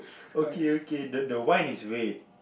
okay okay the the wine is red